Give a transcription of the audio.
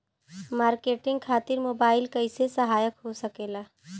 Marketing खातिर mobile कइसे सहायक हो सकेला?